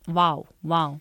vau vau